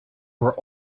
were